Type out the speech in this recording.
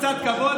קצת כבוד,